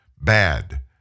bad